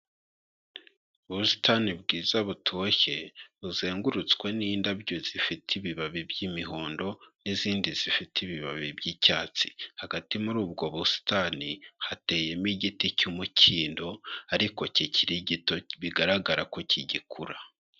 Ubusitani bwiza butoshye, buzengurutswe n'indabyo zifite ibibabi by'imihondo n'izindi zifite ibibabi by'icyatsi, hagati muri ubwo busitani hateyemo igiti cy'umukindo ariko kikiri gito, bigaragara ko kigikura.